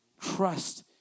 Trust